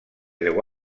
deu